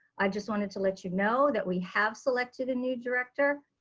i just wanted to let you know that we have selected a new director.